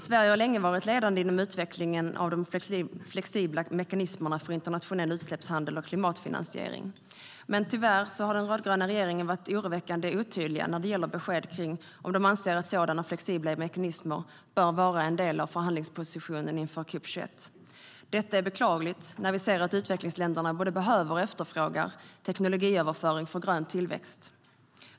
Sverige har länge varit ledande inom utvecklingen av de flexibla mekanismerna för internationell utsläppshandel och klimatfinansiering, men tyvärr har den rödgröna regeringen varit oroväckande otydlig när det gäller besked om man anser att sådana flexibla mekanismer bör vara en del av förhandlingspositionen inför COP 21. Detta är beklagligt när vi kan se att utvecklingsländerna både behöver och efterfrågar tekniköverföring för grön tillväxt.